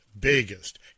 biggest